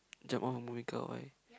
jump off a moving car why